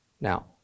Now